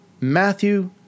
Matthew